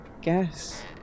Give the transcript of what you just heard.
guess